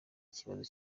ikibazo